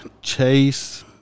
Chase